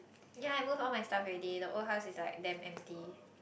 yea I moved all my stuff already the old house is like damn empty